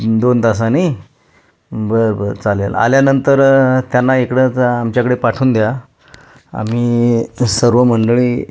दोन तासाने बरं बरं चालेल आल्यानंतर त्यांना इकडंच आमच्याकडे पाठवून द्या आम्ही सर्व मंडळी